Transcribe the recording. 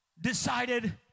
decided